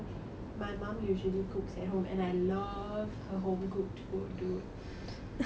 my mom usually cooks at home and I love her home-cooked food dude